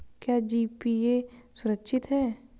क्या जी.पी.ए सुरक्षित है?